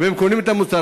והם קונים את המוצר,